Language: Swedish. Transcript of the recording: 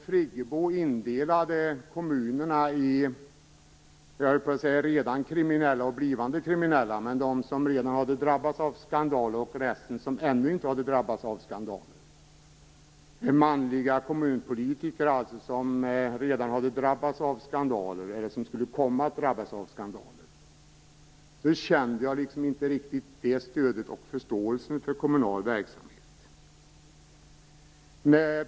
Friggebo indelade kommunerna i - jag höll på att säga redan kriminella och blivande kriminella - kommuner som redan har drabbats av skandaler och de resterande som ännu inte har drabbats av sådana, kommuner där manliga kommunpolitiker redan drabbats av skandaler eller skulle komma att drabbas av skandaler. Då kände jag inte riktigt stödet och förståelsen för kommunal verksamhet.